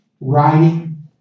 writing